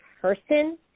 person